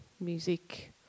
music